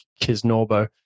Kisnorbo